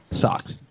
Socks